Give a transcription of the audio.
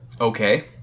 Okay